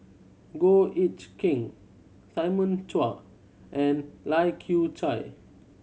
Goh Ech Kheng Simon Chua and Lai Kew Chai